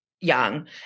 young